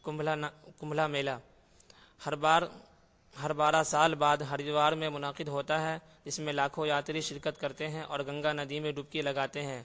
کمبھلانا کمبھلا میلہ ہر بار ہر بارہ سال بعد ہریدوار میں منعقد ہوتا ہے جس میں لاکھو یاتری شرکت کرتے ہیں اور گنگا ندی میں ڈبکی لگاتے ہیں